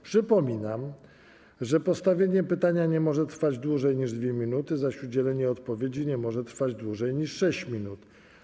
Przypominam, że postawienie pytania nie może trwać dłużej niż 2 minuty, zaś udzielenie odpowiedzi nie może trwać dłużej niż 6 minut.